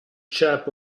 chap